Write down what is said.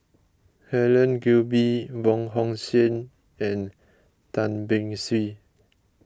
Helen Gilbey Wong Hong Suen and Tan Beng Swee